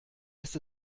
ist